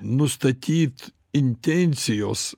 nustatyt intencijos